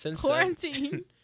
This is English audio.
Quarantine